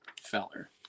Feller